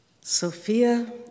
Sophia